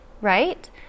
right